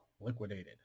liquidated